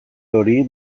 hori